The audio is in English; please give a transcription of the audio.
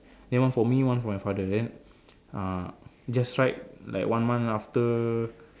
then one for me one for my father then uh just tried like one month after